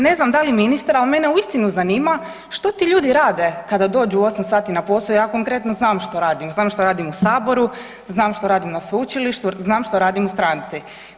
Ne znam da li ministar, ali mene uistinu zanima što ti ljudi rade kada dođu 8 sati posao, ja konkretno znam što radim, znam što radim u Saboru, znam što radim na sveučilištu, znam što radim u stranci.